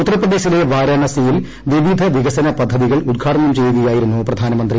ഉത്തർപ്രദേശിലെ വാരണസിയിൽ വിവിധ വികസന പദ്ധതികൾ ഉദ്ഘാടനം ചെയ്യുകയായിരുന്നു പ്രധാനമന്ത്രി